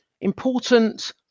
important